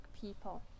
people